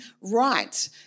right